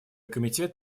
комитет